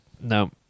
No